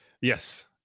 Yes